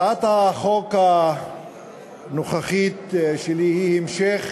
הצעת החוק הנוכחית שלי היא המשך